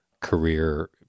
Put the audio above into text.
career